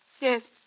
Yes